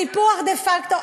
סיפוח דה-פקטו,